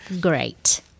Great